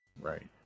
right